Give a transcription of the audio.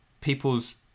people's